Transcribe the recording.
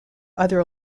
other